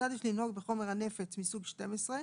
וכיצד יש לנהוג בחומר הנפץ מסוג 12,